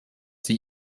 sie